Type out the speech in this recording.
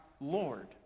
Lord